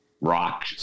rock